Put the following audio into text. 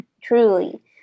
truly